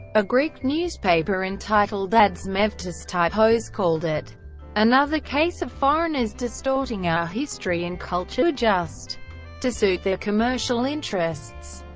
a greek newspaper entitled adsmevtos typos called it another case of foreigners distorting our history and culture just to suit their commercial interests.